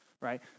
right